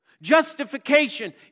Justification